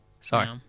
Sorry